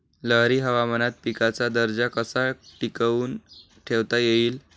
लहरी हवामानात पिकाचा दर्जा कसा टिकवून ठेवता येईल?